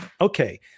Okay